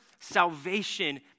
salvation